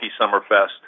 Summerfest